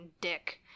dick